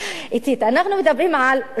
אנחנו מדברים על רמזור,